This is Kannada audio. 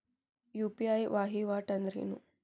ಯು.ಪಿ.ಐ ವಹಿವಾಟ್ ಅಂದ್ರೇನು?